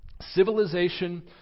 Civilization